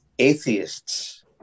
atheists